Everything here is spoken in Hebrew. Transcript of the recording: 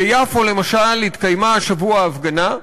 ביפו, למשל, התקיימה השבוע הפגנה,